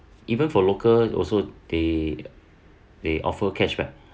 even for locals also they they offer cashback